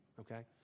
okay